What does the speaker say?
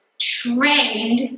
trained